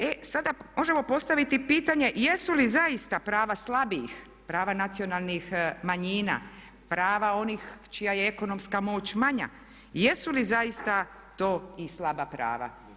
E sada možemo postaviti pitanje jesu li zaista prava slabijih, prava nacionalnih manjina, prava onih čija je ekonomska moć manja, jesu li zaista to i slaba prava?